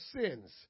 sins